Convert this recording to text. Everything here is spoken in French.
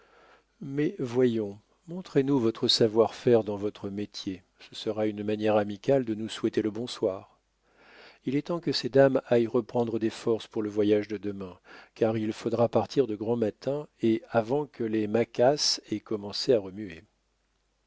mais voyons montrez-nous votre savoirfaire dans votre métier ce sera une manière amicale de nous souhaiter le bonsoir il est temps que ces dames aillent reprendre des forces pour le voyage de demain car il faudra partir de grand matin et avant que les maquas aient commencé à remuer